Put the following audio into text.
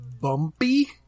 bumpy